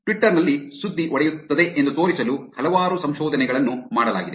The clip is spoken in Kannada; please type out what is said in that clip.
ಟ್ವಿಟರ್ ನಲ್ಲಿ ಸುದ್ದಿ ಒಡೆಯುತ್ತದೆ ಎಂದು ತೋರಿಸಲು ಹಲವಾರು ಸಂಶೋಧನೆಗಳನ್ನು ಮಾಡಲಾಗಿದೆ